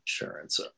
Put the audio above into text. insurance